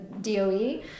DOE